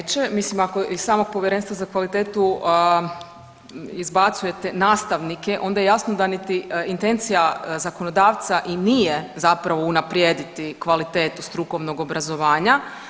Jasno da neće, mislim ako i samo povjerenstvo za kvalitetu izbacuje te nastavnike onda je jasno da niti intencija zakonodavca i nije zapravo unaprijediti kvalitetu strukovnog obrazovanja.